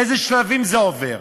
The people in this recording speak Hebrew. איזה שלבים זה עובר.